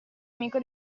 amico